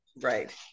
right